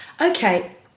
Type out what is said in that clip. Okay